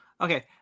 okay